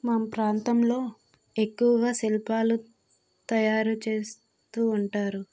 మా ప్రాంతంలో ఎక్కువగా శిల్పాలు తయారు చేస్తూ ఉంటారు